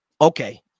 Okay